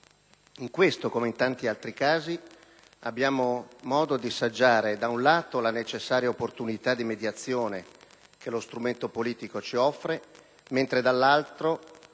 In questo, come in tanti altri casi, abbiamo modo di saggiare, da un lato, la necessaria opportunità di mediazione che lo strumento politico ci offre, dall'altro,